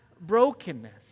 brokenness